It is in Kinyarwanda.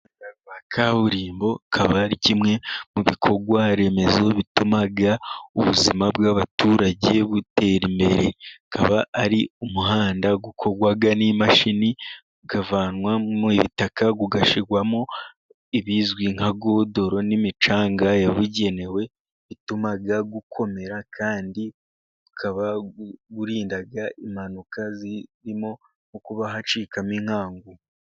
Umuhanda wa kaburimbo ,akaba ari kimwe mu bikorwa remezo bituma ubuzima bw'abaturage butera imbere, akaba ari umuhanda ukorwa n'imashini ukavanwamo ibitaka ,ugashyirwamo ibizwi nka godoro n'imicanga yabugenewe ,ituma ukomera kandi ukaba urinda impanuka zirimo kuba hacikamo inkangu.